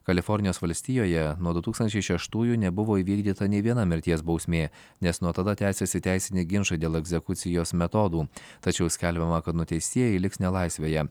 kalifornijos valstijoje nuo du tūkstančiai šeštųjų nebuvo įvykdyta nė viena mirties bausmė nes nuo tada tęsiasi teisiniai ginčai dėl egzekucijos metodų tačiau skelbiama kad nuteistieji liks nelaisvėje